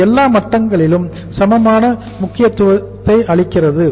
இது எல்லா மட்டங்களிலும் சமமான முக்கியத்துவத்தை அளிக்கிறது